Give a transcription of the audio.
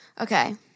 Okay